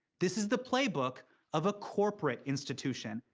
this is the playbook of a corporate institution.